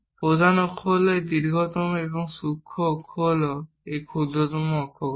প্রধান অক্ষ হল এই দীর্ঘতম এবং ক্ষুদ্র অক্ষ হল এই ক্ষুদ্রতম অক্ষটি